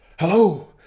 Hello